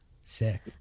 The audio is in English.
Sick